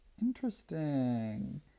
Interesting